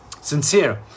Sincere